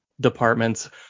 departments